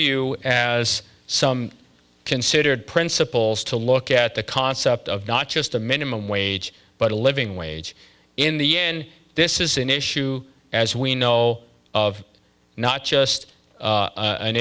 you as some considered principles to look at the concept of not just a minimum wage but a living wage in the end this is an issue as we know of not just